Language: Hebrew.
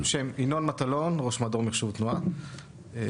ינון מטלון ראש מדור מחשוב תנועה.